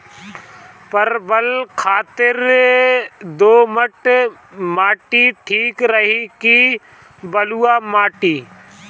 परवल खातिर दोमट माटी ठीक रही कि बलुआ माटी?